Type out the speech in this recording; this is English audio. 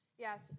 Yes